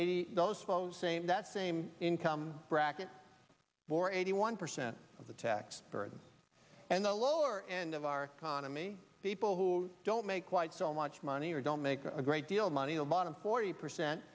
eighty dollars phone saying that same income bracket for eighty one percent of the tax burden and the lower end of our economy people who don't make quite so much money or don't make a great deal of money so bottom forty percent